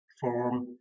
form